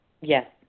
Yes